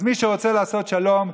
אז מי שרוצה לעשות שלום,